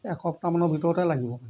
এসপ্তাহ মানৰ ভিতৰতে লাগিব